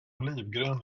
olivgrön